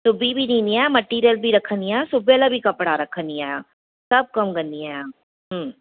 सिबी बि ॾींदी आहियां मटीरियल बि रखंदी आहियां यल सिबियलब कपिड़ा रखंदी आहियां सभु कमु कंदी आहियां